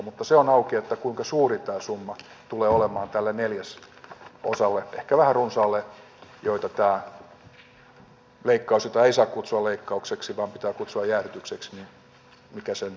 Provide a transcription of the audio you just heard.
mutta se on auki kuinka suuri tämä summa tulee olemaan tälle neljäsosalle ehkä vähän runsaalle joita tämä leikkaus jota ei saa kutsua leikkaukseksi vaan pitää kutsua jäädytykseksi koskee ja mikä sen talousvaikutus on per henkilö